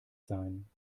sein